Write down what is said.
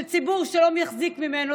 של ציבור שלא מחזיק ממנו.